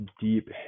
deep